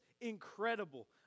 incredible